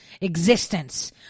existence